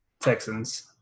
Texans